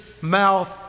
mouth